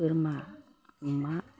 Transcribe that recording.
बोरमा अमा